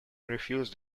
refused